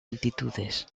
altitudes